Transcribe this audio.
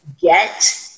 get